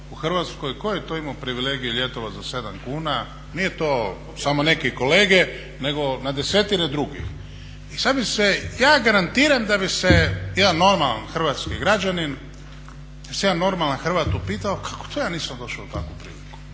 u Hrvatskoj tko je to imao privilegije ljetovati za 7 kuna, nije to samo neki kolege nego na desetine drugih. I sada bih se, ja garantiram da bi se jedan normalan hrvatski građanin, se jedan normalan Hrvat upitao kako to ja nisam došao u takvu priliku.